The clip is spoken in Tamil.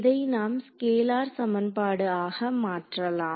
இதை நாம் ஸ்கேலார் சமன்பாடு ஆக மாற்றலாம்